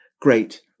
great